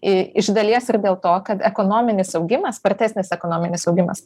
i iš dalies ir dėl to kad ekonominis augimas spartesnis ekonominis augimas